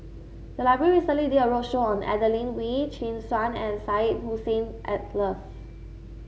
the library recently did a roadshow on Adelene Wee Chin Suan and Syed Hussein Alatas